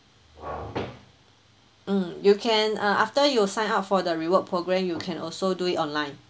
you can uh after you sign up for the reward program you can also do it online